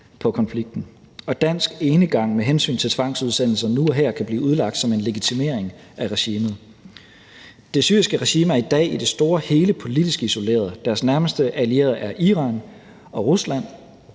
på konflikten, og en dansk enegang med hensyn til tvangsudsendelser nu og her kan blive udlagt som en legitimering af regimet. Det syriske regime er i dag i det store og hele politisk isoleret. Deres nærmeste allierede er Iran og Rusland.